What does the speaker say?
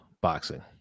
boxing